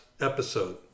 episode